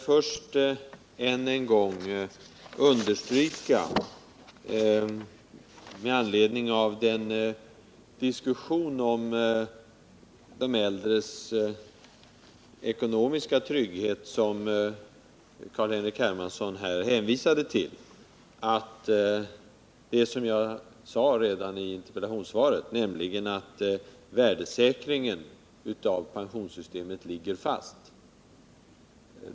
Låt mig först med an!edning av den diskussion om de äldres ekonomiska trygghet som Carl-Henrik Hermansson hänvisade till än en gång understryka det som jag sade redan i interpellationssvaret, nämligen att värdesäkringen av pensionssystemet ligger fast.